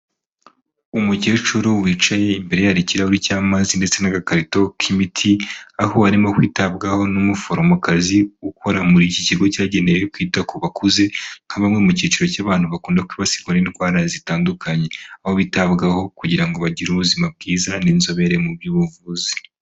Umukecuru wicaye imbere ye hari ikirahure cy'amazi ndetse n'agakarito k'imiti aho arimo kwitabwaho n'umuforomokazi ukora muri iki kigo cyagenewe kwita ku bakuze nka bamwe mu kiciro cy'abantu bakunda kwibasirwa n'indwara zitandukanye aho bitabwagaho kugira ngo bagire ubuzima bwiza n'inzobere mu by'ubuvuzi.